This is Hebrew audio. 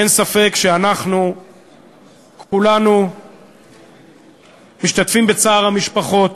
אין ספק שאנחנו כולנו משתתפים בצער המשפחות